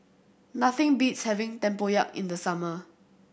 nothing beats having tempoyak in the summer